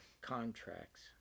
contracts